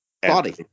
Body